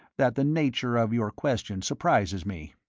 that the nature of your questions surprises me.